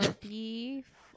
beef